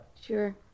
Sure